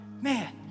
Man